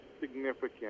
significant